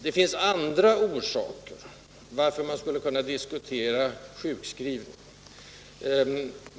Det finns emellertid andra skäl att diskutera sjukskrivningen.